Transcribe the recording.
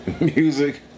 music